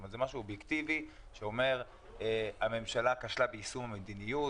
זה משהו אובייקטיבי שאומר שהממשלה כשלה ביישום המדיניות,